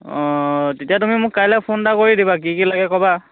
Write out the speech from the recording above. অঁ তেতিয়া তুমি মোক কাইলে ফোন এটা কৰি দিবা কি কি লাগে ক'বা